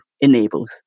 enables